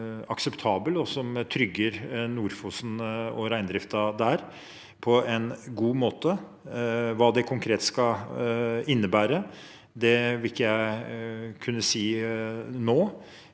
akseptabel, og som trygger Nord-Fosen og reindriften der på en god måte. Hva det konkret vil innebære, vil ikke jeg kunne si nå.